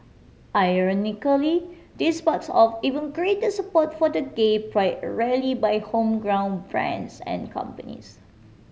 ironically this sparks off even greater support for the gay pride rally by homegrown brands and companies